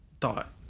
thought